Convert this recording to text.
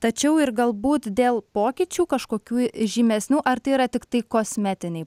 tačiau ir galbūt dėl pokyčių kažkokių žymesnių ar tai yra tiktai kosmetiniai